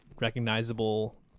recognizable